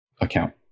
account